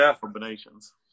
combinations